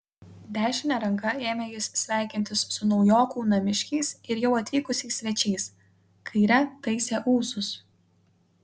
dešine ranka ėmė jis sveikintis su naujokų namiškiais ir jau atvykusiais svečiais kaire taisė ūsus